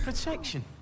Protection